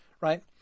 right